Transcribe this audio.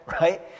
right